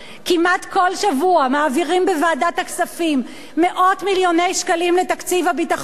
כמעט כל שבוע מעבירים בוועדת הכספים מאות מיליוני שקלים לתקציב הביטחון,